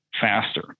faster